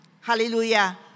Hallelujah